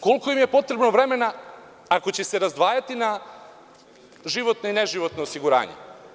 Koliko im je potrebno vremena, ako će se razdvajati na životno i neživotno osiguranje?